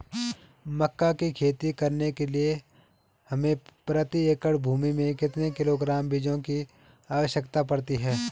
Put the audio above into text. मक्का की खेती करने के लिए हमें प्रति एकड़ भूमि में कितने किलोग्राम बीजों की आवश्यकता पड़ती है?